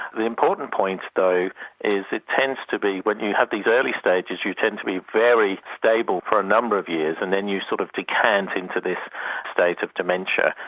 the important point though is it tends to be, when you have these early stages you tend to be very stable for a number of years and then you sort of decant into this state of dementia.